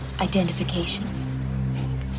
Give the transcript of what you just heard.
identification